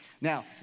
now